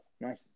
nice